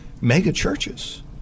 mega-churches